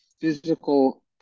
physical